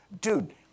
dude